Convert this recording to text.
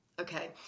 Okay